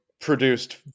produced